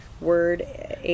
Word